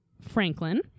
Franklin